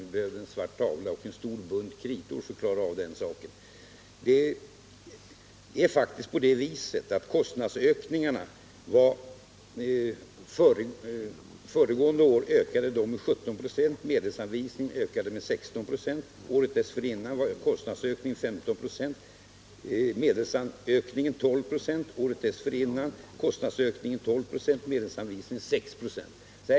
Vi behöver en svart tavla och en stor bunt kritor för att klara den saken. Det är faktiskt på det viset att kostnaderna föregående år ökade med 17 4, medelsanvisningen med 16 96, året dessförinnan var kostnadsökningen 15 96 och medelsökningen 12 96, ännu et år tidigare var kostnadsökningen 12 96 och ökningen av medel 6 94, om jag tolkar mina anteckningar rätt.